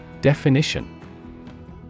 Definition